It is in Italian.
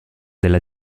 della